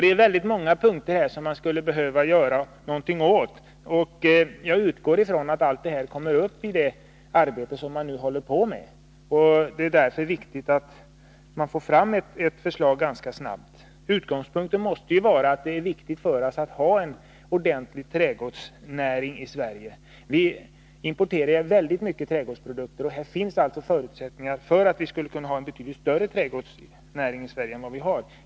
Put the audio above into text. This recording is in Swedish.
Det är faktiskt mycket som man skulle behöva göra någonting åt på detta område, och jag utgår från att allt detta kommer upp i det arbete som man nu håller på med. Det är därför viktigt att få fram förslag ganska snabbt. Utgångspunkten måste vara att det är viktigt att vi har en ordentlig trädgårdsnäring i Sverige. Vi importerar väldigt mycket trädgårdsprodukter, men det finns alltså förutsättningar för att vi skulle kunna ha en betydligt större trädgårdsnäring i Sverige än vi har.